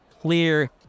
clear